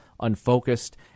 unfocused